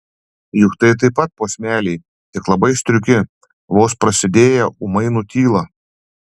juk tai taip pat posmeliai tik labai striuki vos prasidėję ūmai nutyla